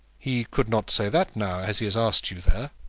he could not say that now, as he has asked you there.